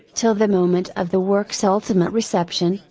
till the moment of the work's ultimate reception,